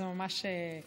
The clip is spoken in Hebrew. וזה ממש משמח.